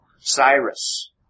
Cyrus